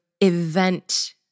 event